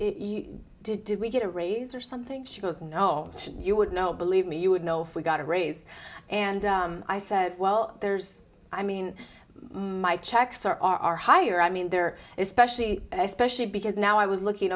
said did we get a raise or something she goes no you would know believe me you would know if we got a raise and i said well there's i mean my checks are are higher i mean they're especially especially because now i was looking